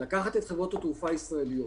לקחת את חברות התעופה הישראליות,